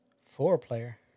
Four-player